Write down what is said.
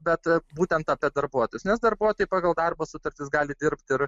bet būtent apie darbuotojus nes darbuotojai pagal darbo sutartis gali dirbt ir